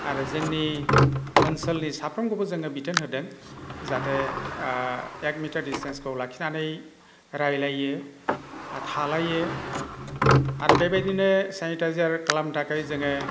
आरो जोंनि ओनसोलनि साफ्रोमखौबो जोङो बिथोन होदों जाथे एक मिटार डिसटेनसखौ लाखिनानै रायज्लायो थालायो आरो बेबायदिनो सेनिटाइजार खालामनो थाखाय जोङो